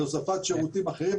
על הוספת שירותים אחרים.